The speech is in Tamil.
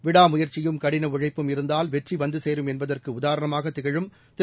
விடா முயற்சியும் கடின உழைப்பும் இருந்தால் வெற்றி வந்து சேரும் என்பதற்கும் உதாரணமாக திகழும் திரு